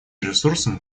ресурсом